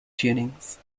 tunings